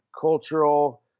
cultural